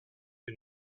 que